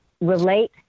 relate